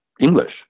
English